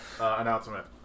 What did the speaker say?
Announcement